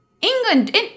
England